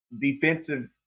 defensive